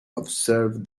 observe